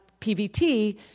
PVT